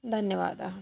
धन्यवादाः